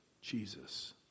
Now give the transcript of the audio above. Jesus